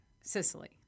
Sicily